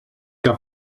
que